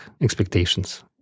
expectations